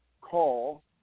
call